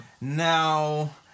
Now